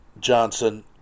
Johnson